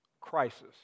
crisis